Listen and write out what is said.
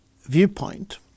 viewpoint